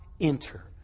enter